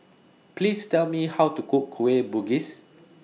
Please Tell Me How to Cook Kueh Bugis